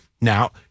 now